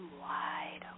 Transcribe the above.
wide